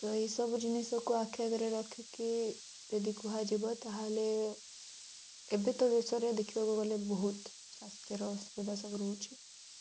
ତ ଏହିସବୁ ଜିନିଷକୁ ଆଖି ଆଗରେ ରଖିକି ଯଦି କୁହାଯିବ ତାହେଲେ ଏବେ ତ ଦେଶରେ ଦେଖିବାକୁ ଗଲେ ବହୁତ ସ୍ୱାସ୍ଥ୍ୟର ଅସୁବିଧା ସବୁ ରହୁଛି